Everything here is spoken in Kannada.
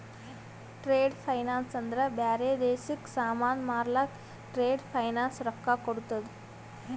ಟ್ರೇಡ್ ಫೈನಾನ್ಸ್ ಅಂದ್ರ ಬ್ಯಾರೆ ದೇಶಕ್ಕ ಸಾಮಾನ್ ಮಾರ್ಲಕ್ ಟ್ರೇಡ್ ಫೈನಾನ್ಸ್ ರೊಕ್ಕಾ ಕೋಡ್ತುದ್